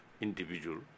individual